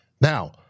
Now